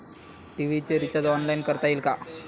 TV चे recharge online करता येईल का?